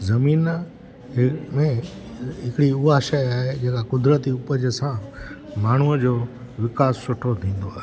ज़मीन इन्वेस्ट हिकिड़ी उहा शइ आहे जेका कुदरती रूप सां माण्हूअ जो विकास सुठो थींदो आहे